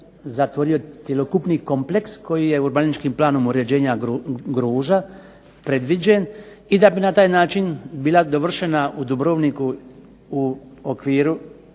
zatvorio cjelokupni kompleks koji je urbanističkim planom uređenja Gruža predviđen i da bi na taj način bila dovršena u Dubrovniku u okviru